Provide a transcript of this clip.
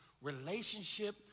relationship